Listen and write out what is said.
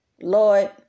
Lord